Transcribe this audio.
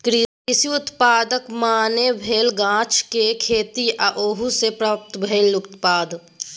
कृषि उत्पादक माने भेल गाछक खेती आ ओहि सँ प्राप्त भेल उत्पाद